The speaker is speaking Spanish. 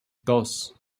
dos